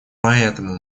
поэтому